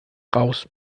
raus